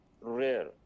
rare